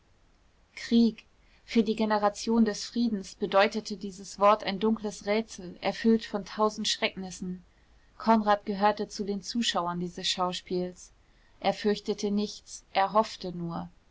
krieg für die generation des friedens bedeutete dieses wort ein dunkles rätsel erfüllt von tausend schrecknissen konrad gehörte zu den zuschauern dieses schauspiels er fürchtete nichts er hoffte nur